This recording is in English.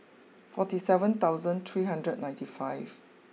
forty seven thousand three hundred ninety five